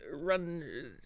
run